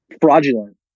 fraudulent